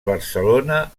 barcelona